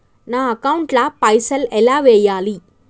నా అకౌంట్ ల పైసల్ ఎలా వేయాలి?